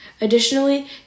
Additionally